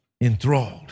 enthralled